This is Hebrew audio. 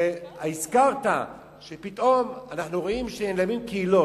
הזכרת שפתאום אנחנו רואים שקהילות נעלמות.